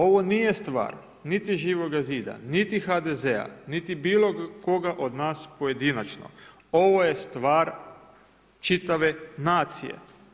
Ovo nije stvar niti Živoga zida niti HDZ-a niti bilokoga od nas pojedinačno, ovo je stvar čitave nacije.